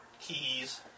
keys